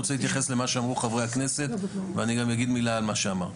אני רוצה להתייחס למה שאמרו חברי הכנסת ואני גם אגיד מילה על מה שאמרת.